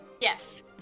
Yes